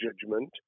judgment